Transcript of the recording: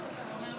44 נגד.